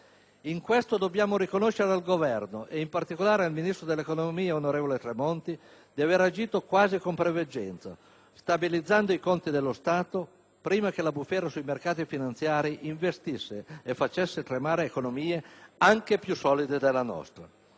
In questo dobbiamo riconoscere al Governo, e in particolare al ministro dell'economia, onorevole Tremonti, di aver agito quasi con preveggenza, stabilizzando i conti dello Stato prima che la bufera sui mercati finanziari investisse e facesse tremare economie anche più solide della nostra.